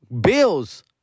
bills